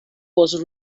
was